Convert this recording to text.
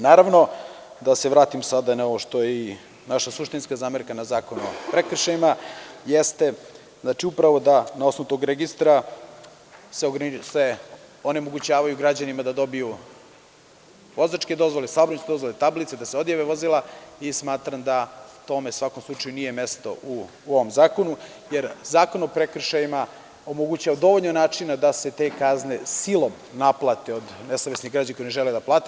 Naravno, da se vratim sada na ovo što je i naša suštinska zamerka na Zakon o prekršajima, a to jeste upravo da na osnovu tog registra se onemogućava građanima da dobiju vozačke dozvole, saobraćajne dozvole, tablice, da se odjave vozila i smatram da tome, u svakom slučaju, nije mesto u ovom zakonu, jer Zakon o prekršajima omogućava dovoljno načina da se te kazne silom naplate od nesavesnih građana koji ne žele da plate.